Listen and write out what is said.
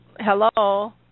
hello